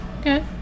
Okay